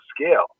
scale